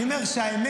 אני אומר שהאמת,